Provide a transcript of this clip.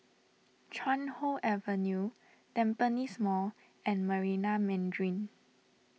Chuan Hoe Avenue Tampines Mall and Marina Mandarin